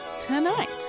tonight